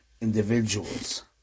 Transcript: individuals